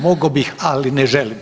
Mogao bih ali ne želim.